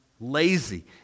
lazy